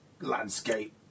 landscape